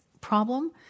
problem